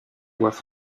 voient